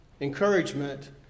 encouragement